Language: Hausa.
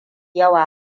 yawa